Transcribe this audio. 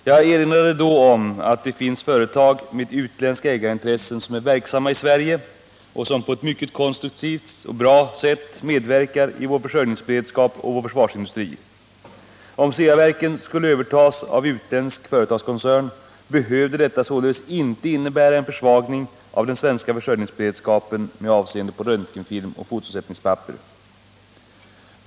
Jag erinrade då om att det finns företag med utländska ägarintressen som är verksamma i Sverige och som på ett mycket konstruktivt och bra sätt medverkar i vår försörjningsberedskap och vår försvarsindustri. Om Ceaverkan skulle övertas av utländsk företagskoncern behövde detta således inte innebära en försvagning av den svenska försörjningsberedskapen med avseende på röntgenfilm och fotosättningspapper.